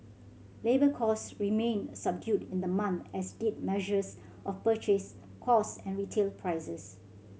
labour cost remained subdued in the month as did measures of purchase cost and retail prices